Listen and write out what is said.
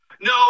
No